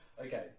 Okay